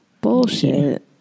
Bullshit